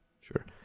sure